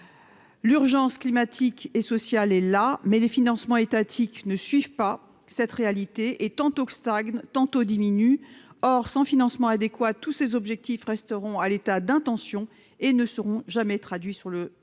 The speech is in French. l'urgence climatique et sociale et là, mais les financements étatiques ne suivent pas cette réalité et tantôt stagne, tantôt diminue, or sans financement adéquat, tous ces objectifs, resteront à l'état d'intention et ne seront jamais traduit sur le